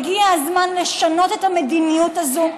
הגיע הזמן לשנות את המדיניות הזו,